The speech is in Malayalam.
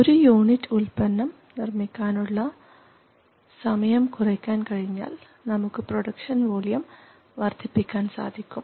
ഒരു യൂണിറ്റ് ഉൽപ്പന്നം നിർമ്മിക്കാനുള്ള സമയം കുറയ്ക്കാൻ കഴിഞ്ഞാൽ നമുക്ക് പ്രൊഡക്ഷൻ വോളിയം വർദ്ധിപ്പിക്കാൻ സാധിക്കും